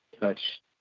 Touch